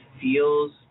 feels